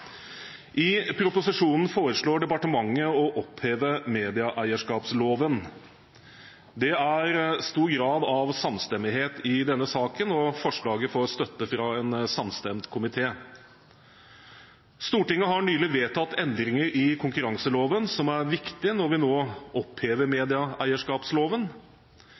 I proposisjonen foreslår departementet å oppheve medieeierskapsloven. Det er stor grad av samstemmighet i denne saken, og forslaget får støtte fra en samstemt komité. Stortinget har nylig vedtatt endringer i konkurranseloven, som er viktig når vi nå opphever medieeierskapsloven.